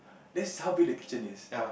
this how big the kitchen is